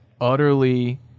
utterly